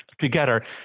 together